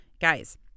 Guys